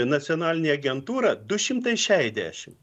nacionalinė agentūra du šimtai šešiasdešimt